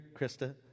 Krista